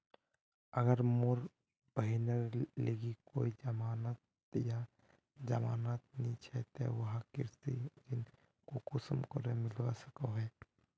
अगर मोर बहिनेर लिकी कोई जमानत या जमानत नि छे ते वाहक कृषि ऋण कुंसम करे मिलवा सको हो?